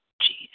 Jesus